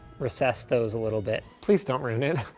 recess those a little bit. please don't ruin it.